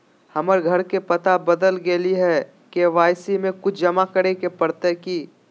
हमर घर के पता बदल गेलई हई, के.वाई.सी में कुछ जमा करे पड़तई की?